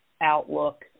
outlook